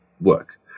work